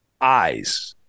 eyes